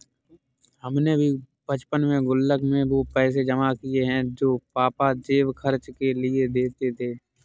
हमने भी बचपन में गुल्लक में वो पैसे जमा किये हैं जो पापा जेब खर्च के लिए देते थे